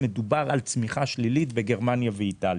מדובר על צמיחה שלילית בגרמניה ובאיטליה.